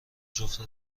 جفت